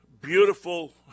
beautiful